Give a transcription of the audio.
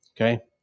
okay